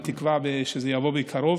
בתקווה שזה יבוא בקרוב